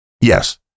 Yes